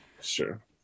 sure